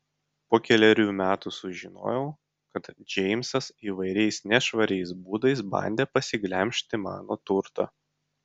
po kelerių metų sužinojau kad džeimsas įvairiais nešvariais būdais bandė pasiglemžti mano turtą